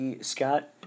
Scott